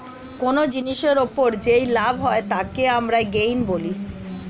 কোন জিনিসের ওপর যেই লাভ হয় তাকে আমরা গেইন বলি